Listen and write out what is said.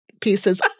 Pieces